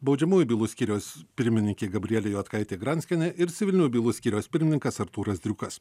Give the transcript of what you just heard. baudžiamųjų bylų skyriaus pirmininkė gabrielė juodkaitė granskienė ir civilinių bylų skyriaus pirmininkas artūras driukas